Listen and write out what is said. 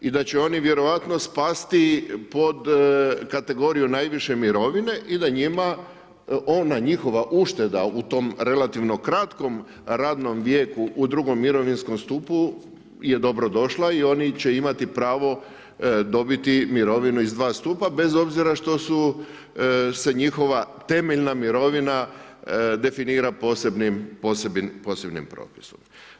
I da će oni vjerojatno spasti pod kategoriju najviše mirovine i da njima ona njihova ušteda u tom relativno kratkom radnom vijeku u drugom mirovinskom stupu je dobro došla i oni će imati pravo dobiti mirovinu iz dva stupa bez obzira što su se njihova temeljna mirovina definira posebnim propisom.